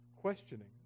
questioning